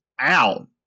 Ow